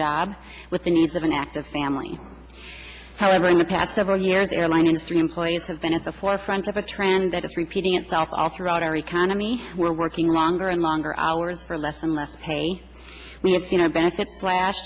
job with the needs of an active family however in the past several years airline industry employees have been at the forefront of a trend that is repeating itself all throughout our economy we're working longer and longer hours for less and less pay me it's you know b